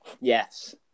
Yes